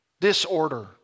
disorder